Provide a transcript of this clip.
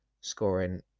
scoring